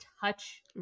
touch